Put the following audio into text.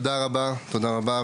תודה רבה.